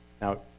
Now